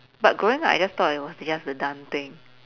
but growing up I just thought it was just a dumb thing